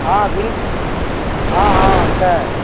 हॅं हॅं हॅं छै